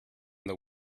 the